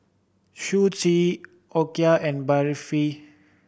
Sushi Okayu and Barfi